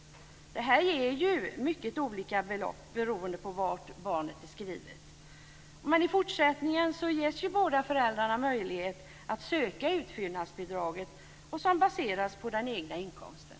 Detta ger mycket olika belopp beroende på var barnet är skrivet. Men i fortsättningen ges ju båda föräldrarna möjlighet att söka utfyllnadsbidrag som baseras på den egna inkomsten.